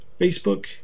Facebook